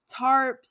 tarps